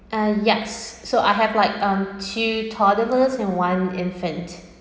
uh yes so I have like um two toddlers and one infant